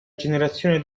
generazione